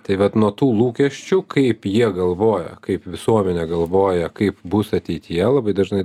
tai vat nuo tų lūkesčių kaip jie galvoja kaip visuomenė galvoja kaip bus ateityje labai dažnai